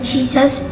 Jesus